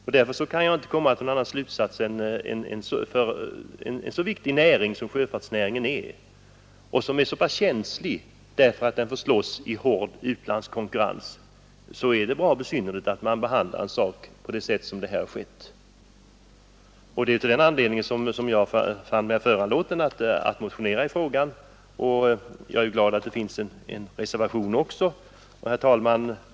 Det är rätt besynnerligt att man behandlar en så viktig näring som sjöfartsnäringen, som är så känslig därför att den får slåss i hård utlandskonkurrens, på det sätt som här har skett. Det är av den anledningen som jag fann mig föranlåten att motionera i frågan, och jag är glad att det också finns en reservation. Herr talman!